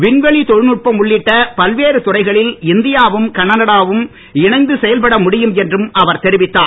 விண்வெளித் தொழில்நுட்பம் உள்ளிட்ட பல்வேறு துறைகளில் இந்தியா வும் கனடா வும் இணைந்த செயல்பட முடியும் என்றும் அவர் தெரிவித்தார்